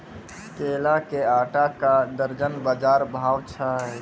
केला के आटा का दर्जन बाजार भाव छ?